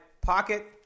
pocket